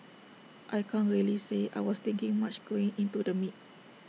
I can't really say I was thinking much going into the meet